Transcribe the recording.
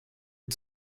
wir